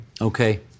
Okay